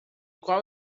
qual